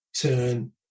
turn